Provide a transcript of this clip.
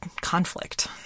conflict